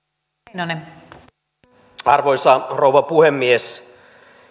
arvoisa rouva puhemies